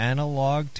Analog